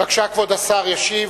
בבקשה, כבוד השר ישיב.